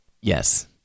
yes